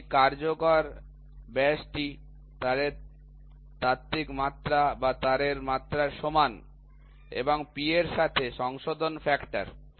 এটি কার্যকর ব্যাসটি তারের তাত্ত্বিক মাত্রা বা তারের মাত্রার সমান এবং P এর সাথে সংশোধন ফ্যাক্টর